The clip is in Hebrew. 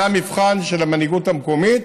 זה המבחן של המנהיגות המקומית,